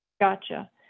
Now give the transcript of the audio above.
Gotcha